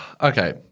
Okay